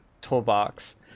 toolbox